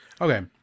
Okay